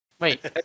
Wait